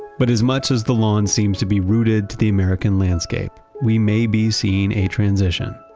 but as much as the lawn seems to be rooted to the american landscape, we may be seeing a transition.